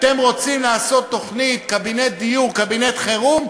אתם רוצים לעשות תוכנית קבינט דיור, קבינט חירום?